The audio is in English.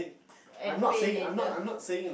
and pay later